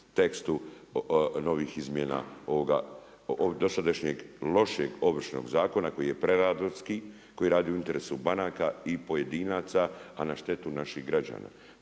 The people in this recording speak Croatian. tekstu novih izmjena ovoga, dosadašnjeg lošeg Ovršnog zakona koji je predatorski, koji radi u interesu banaka i pojedinaca a na štetu naših građana.